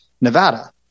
Nevada